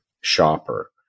shopper